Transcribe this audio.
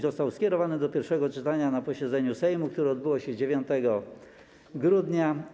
Został skierowany do pierwszego czytania na posiedzeniu Sejmu, które odbyło się 9 grudnia.